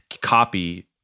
copy